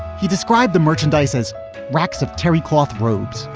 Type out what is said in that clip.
he described the merchandise as racks of terry cloth robes,